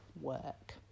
work